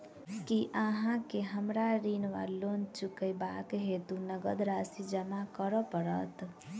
की अहाँ केँ हमरा ऋण वा लोन चुकेबाक हेतु नगद राशि जमा करऽ पड़त?